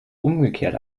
umgekehrt